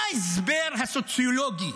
מה ההסבר הסוציולוגי?